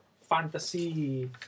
fantasy